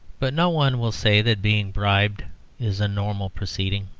but no one will say that being bribed is a normal proceeding.